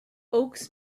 oaks